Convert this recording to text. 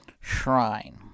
Shrine